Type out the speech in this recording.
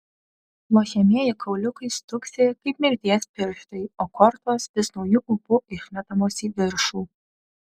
lošiamieji kauliukai stuksi kaip mirties pirštai o kortos vis nauju ūpu išmetamos į viršų